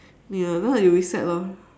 ya then you restart lor